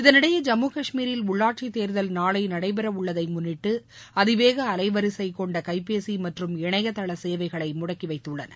இதனிடையே ஜம்மு காஷ்மீரில் உள்ளாட்சித் தேர்தல் நாளை நடைபெற உள்ளதை முன்னிட்டு அதிவேக அலைவரிசை கொண்ட கைபேசி மற்றும் இணையதள சேவைகளை முடக்கி உள்ளனர்